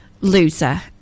loser